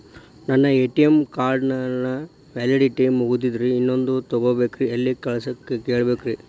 ನನ್ನ ATM card ನ validity ಮುಗದದ್ರಿ ಇನ್ನೊಂದು ತೊಗೊಬೇಕ್ರಿ ಎಲ್ಲಿ ಕೇಳಬೇಕ್ರಿ?